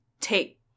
take